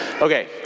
Okay